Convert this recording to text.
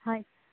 ᱦᱳᱭ